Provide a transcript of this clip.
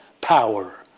power